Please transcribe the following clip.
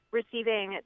receiving